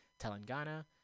Telangana